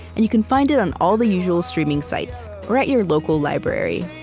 and you can find it on all the usual streaming sites, or at your local library.